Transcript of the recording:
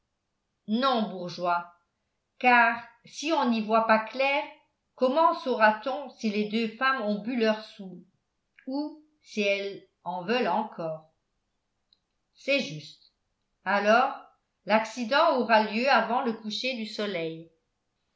non bourgeois car si on n'y voit pas clair comment saura-t-on si les deux femmes ont bu leur soûl ou si elles en veulent encore c'est juste alors l'accident aura lieu avant le coucher du soleil